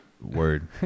Word